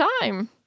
time